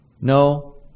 No